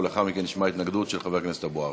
ולאחר מכן נשמע התנגדות של חבר הכנסת טלב אבו עראר,